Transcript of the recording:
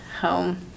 home